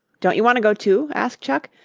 don't you want to go, too? asked chuck.